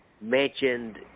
mentioned